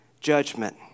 judgment